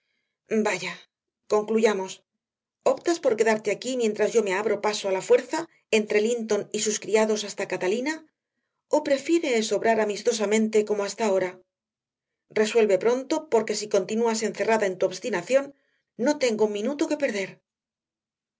vaya concluyamos optas por quedarte aquí mientras yo me abro paso a la fuerza entre linton y sus criados hasta catalina o prefieres obrar amistosamente como hasta ahora resuelve pronto porque si continúas encerrada en tu obstinación no tengo un minuto que perder